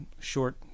short